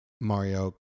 mario